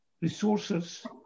resources